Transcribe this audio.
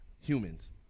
humans